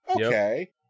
Okay